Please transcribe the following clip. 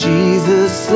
Jesus